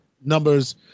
numbers